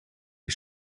les